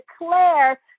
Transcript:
declare